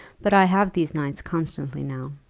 but i have these nights constantly now.